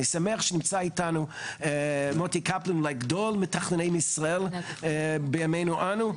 אני שמח שנמצא איתנו מוטי קפלן מגדולי מתכנני ישראל בימינו אנו,